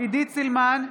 עידית סילמן,